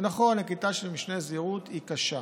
ונכון, נקיטה של משנה זהירות היא קשה.